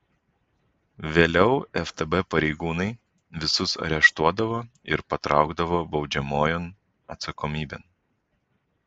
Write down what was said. vėliau ftb pareigūnai visus areštuodavo ir patraukdavo baudžiamojon atsakomybėn